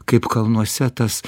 kaip kalnuose tas